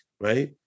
right